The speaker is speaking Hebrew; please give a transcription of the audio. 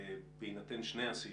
בהינתן שני הסעיפים,